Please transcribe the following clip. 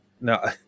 no